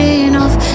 enough